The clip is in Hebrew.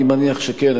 אני מניח שכן.